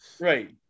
right